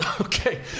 Okay